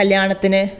കല്യാണത്തിന്